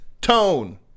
tone